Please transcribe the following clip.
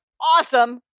awesome